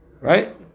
Right